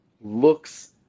looks